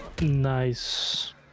Nice